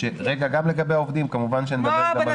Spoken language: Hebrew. רגע, גם לגבי העובדים, כמובן שאני אדבר גם על זה.